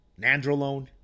nandrolone